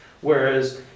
Whereas